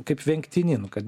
kaip vengtini nu kad